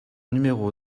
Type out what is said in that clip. numéro